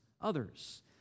Others